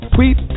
Tweet